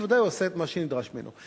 בוודאי הוא עשה את מה שנדרש ממנו.